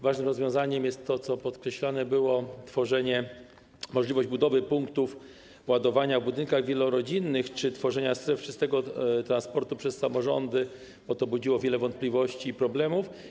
Ważnym rozwiązaniem jest, co było podkreślane, możliwość budowy punktów ładowania w budynkach wielorodzinnych czy tworzenia stref czystego transportu przez samorządy, bo to budziło wiele wątpliwości i problemów.